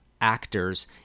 actors